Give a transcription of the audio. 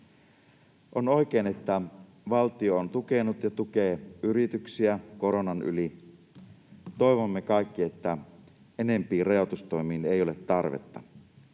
On oikein, että valtio on tukenut ja tukee yrityksiä koronan yli. Toivomme kaikki, että enempiin rajoitustoimiin ei ole tarvetta.